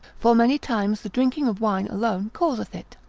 for many times the drinking of wine alone causeth it.